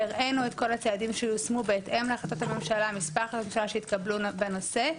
והראינו את כל הצעדים שיושמו בהתאם למספר החלטות ממשלה שהתקבלו בנושא.